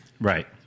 Right